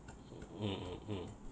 mm mm mm